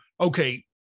okay